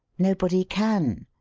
nobody can.